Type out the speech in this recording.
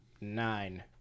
nine